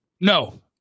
No